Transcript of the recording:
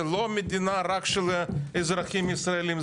זו לא מדינה רק של אזרחים ישראלים,